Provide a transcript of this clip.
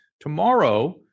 tomorrow